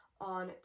on